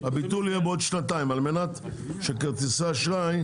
הביטול יהיה בעוד שנתיים על מנת שחברות כרטיסי אשראי,